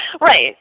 Right